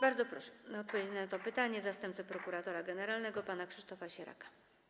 Bardzo proszę o odpowiedź na to pytanie zastępcę prokuratora generalnego pana Krzysztofa Sieraka.